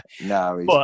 No